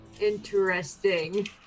Interesting